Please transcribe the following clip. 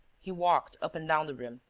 he walked up and down the room,